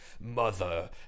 mother